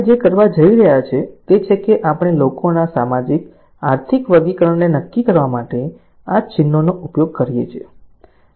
આપણે જે કરવા જઈ રહ્યા છીએ તે છે કે આપણે લોકોના સામાજિક આર્થિક વર્ગીકરણને નક્કી કરવા માટે આ ચિહ્નોનો ઉપયોગ કરીએ છીએ